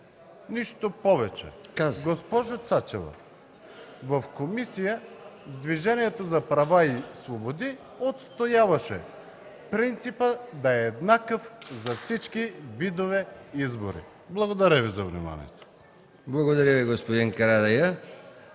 нищо повече. Госпожо Цачева, в комисията Движението за права и свободи отстояваше принципът да е еднакъв за всички видове избори. Благодаря Ви за вниманието. ПРЕДСЕДАТЕЛ МИХАИЛ МИКОВ: